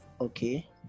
Okay